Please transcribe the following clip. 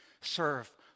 serve